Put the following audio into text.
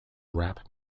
rap